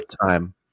time